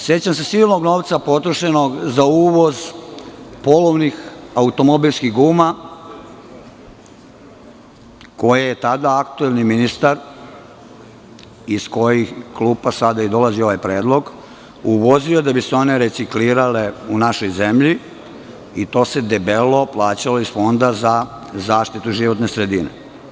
Sećam se silnog novca potrošenog za uvoz polovnih automobilskih guma koje je tada aktuelni ministar, iz kojih klupa sada i dolazi ovaj predlog, uvozio da bi se one reciklirale u našoj zemlji i to se debelo plaćalo iz Fonda za zaštitu životne sredine.